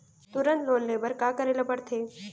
तुरंत लोन ले बर का करे ला पढ़थे?